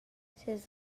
ses